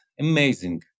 Amazing